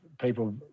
people